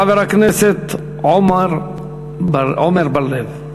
חבר הכנסת עמר בר-לב.